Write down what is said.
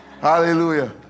hallelujah